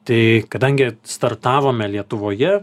tai kadangi startavome lietuvoje